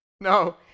No